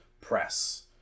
press